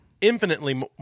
infinitely